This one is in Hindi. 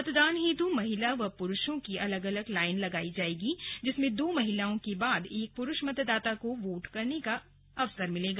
मतदान हेतु महिला व पुरूषों की अलग अलग लाईन लगाई जाएगी जिसमें दो महिलाओं के बाद एक पुरूष मतदाता को वोट करने का अवसर मिलेगा